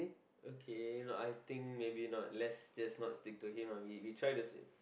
okay no I think maybe not let's just not stick to him ah we we try to see